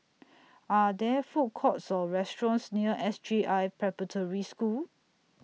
Are There Food Courts Or restaurants near S J I Preparatory School